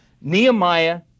Nehemiah